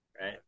Right